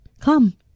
Come